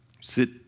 sit